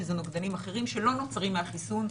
שאלה נוגדנים אחרים שלא נוצרים מהחיסון,